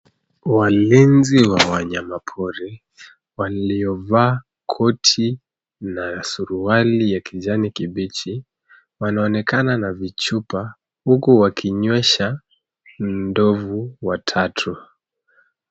Walinzi wa wanyama pori waliovaa koti na suruali ya kijani kibichi, wanaonekana na vichupa, huku wakinywesha ndovu watatu.